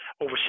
over